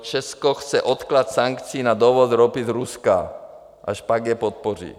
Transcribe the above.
Česko chce odklad sankcí na dovoz ropy z Ruska, až pak je podpoří.